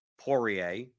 Poirier